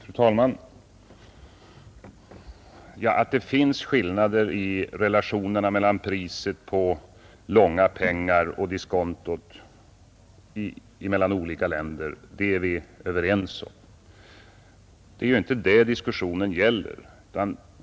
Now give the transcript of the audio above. Fru talman! Att det i olika länder finns skillnader i relationerna mellan priset på långa pengar och diskontot är vi överens om. Det är inte det diskussionen gäller.